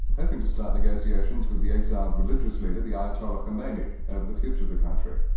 hoping to start negotiations with the exiled religious leader, the ayatollah khomeini, over the future of the country.